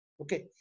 Okay